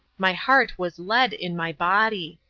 my heart was lead in my body!